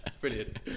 Brilliant